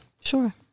Sure